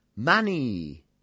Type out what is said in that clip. money